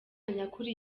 nyakuri